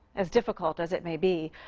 as difficult as it may be,